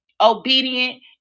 obedient